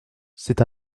c’est